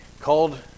called